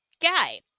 guy